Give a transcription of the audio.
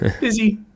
Busy